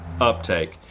uptake